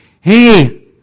Hey